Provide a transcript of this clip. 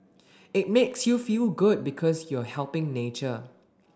it makes you feel good because you're helping nature